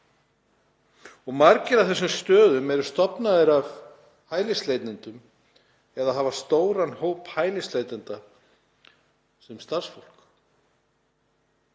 Margir af þessum stöðum eru stofnaðir af hælisleitendum eða hafa stóran hóp hælisleitenda sem starfsfólk.